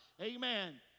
amen